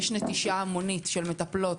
יש נטישה המונית של מטפלות,